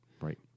Right